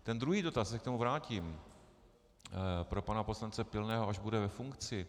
Ten druhý dotaz, k tomu se vrátím, pro pana poslance Pilného, až bude ve funkci.